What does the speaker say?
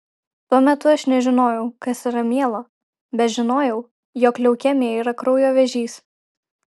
tuo metu aš nežinojau kas yra mielo bet žinojau jog leukemija yra kraujo vėžys